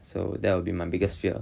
so that would be my biggest fear